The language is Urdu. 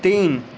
تین